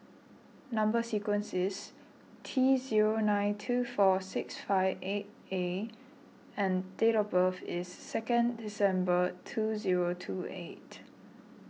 Number Sequence is T zero nine two four six five eight A and date of birth is second December two zero two eight